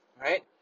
right